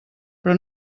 però